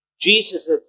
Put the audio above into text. Jesus